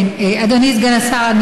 אדוני סגן השר,